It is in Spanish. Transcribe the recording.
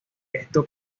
esto